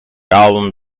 album